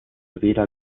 weder